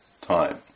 time